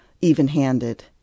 even-handed